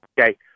Okay